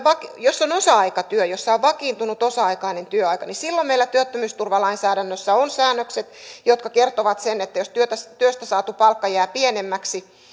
jos on osa aikatyö jossa on vakiintunut osa aikainen työaika niin silloin meillä työttömyysturvalainsäädännössä on säännökset jotka kertovat sen että jos työstä työstä saatu palkka jää pienemmäksi